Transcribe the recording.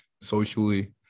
socially